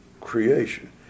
creation